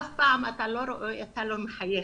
אף פעם אתה לא רואה אותה לא מחייכת,